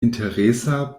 interesa